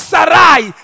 Sarai